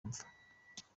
mva